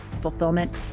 fulfillment